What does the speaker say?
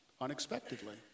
unexpectedly